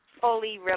Fully